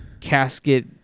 casket